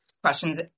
Questions